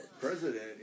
President